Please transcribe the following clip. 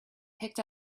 picked